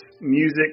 music